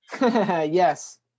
yes